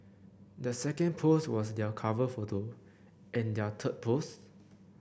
their second post was their cover photo and their third post